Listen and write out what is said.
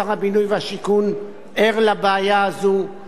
שר הבינוי והשיכון ער לבעיה הזו.